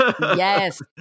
yes